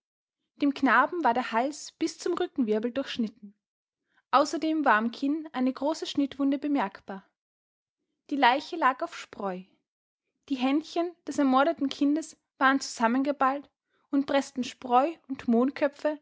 dem knaben war der hals bis zum rückenwirbel durchschnitten außerdem war am kinn eine große schnittwunde bemerkbar die leiche lag auf spreu die händchen des ermordeten kindes waren zusammengeballt und preßten spreu und